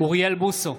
אוריאל בוסו,